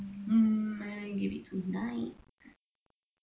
um maybe give it tonight